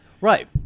Right